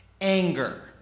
anger